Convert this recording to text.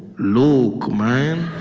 look man,